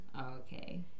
okay